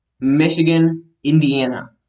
Michigan-Indiana